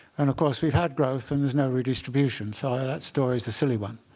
and of course, we've had growth. and there's no redistribution. so that story's a silly one.